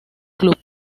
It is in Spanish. club